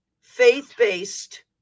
faith-based